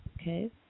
Okay